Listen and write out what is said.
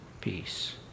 peace